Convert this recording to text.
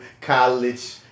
college